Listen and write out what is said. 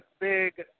big